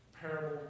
parable